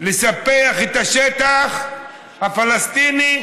לספח את השטח הפלסטיני,